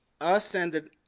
ascended